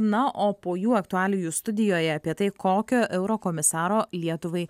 na o po jų aktualijų studijoje apie tai kokio eurokomisaro lietuvai